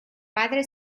padre